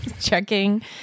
checking